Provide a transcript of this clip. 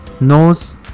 nose